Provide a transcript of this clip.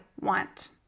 want